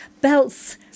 belts